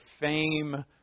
fame